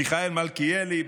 מיכאל מלכיאלי,